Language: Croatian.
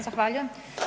Zahvaljujem.